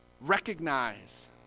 recognize